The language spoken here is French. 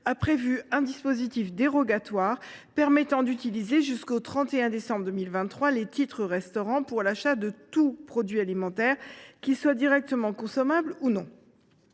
a prévu un dispositif dérogatoire permettant d’utiliser jusqu’au 31 décembre 2023 les titres restaurant pour l’achat de tout produit alimentaire, directement consommable ou non.